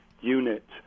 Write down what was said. unit